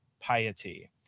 piety